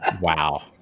Wow